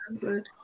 good